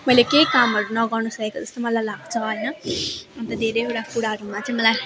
मैले केही कामहरू नगर्नु सकेको जस्तो मलाई लाग्छ होइन अन्त धेरैवटा कुराहरूमा चाहिँ मलाई